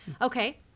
Okay